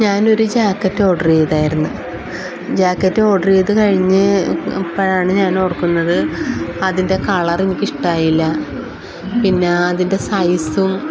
ഞാനൊരു jacket order ചെയ്തായിരുന്നു jacket order ചെയ്തു കഴിഞ്ഞ് ഇപ്പോഴാണ് ഞാൻ ഓർക്കുന്നത് അതിൻ്റെ കളർ എനിക്കിഷ്ടമായില്ല പിന്നെ അതിൻ്റെ സൈസും